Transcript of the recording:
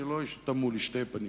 כדי שלא ישתמעו לשתי פנים,